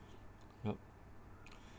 yup